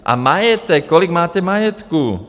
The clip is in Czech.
A majetek, kolik máte majetku?